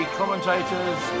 commentators